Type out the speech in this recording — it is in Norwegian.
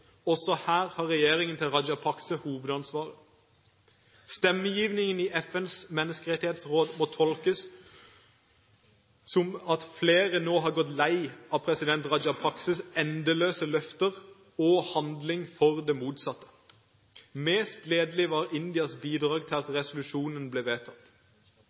Også her har regjeringen til Rajapaksa hovedansvaret. Stemmegivningen i FNs menneskerettighetsråd må tolkes som at flere nå har gått lei av president Rajapaksas endeløse løfter og handling for det motsatte. Mest gledelig var Indias bidrag til at resolusjonen ble vedtatt.